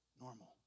normal